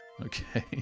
Okay